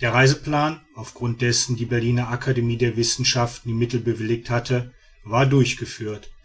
der reiseplan auf grund dessen die berliner akademie der wissenschaften die mittel bewilligt hatte war durchgeführt